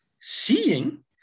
seeing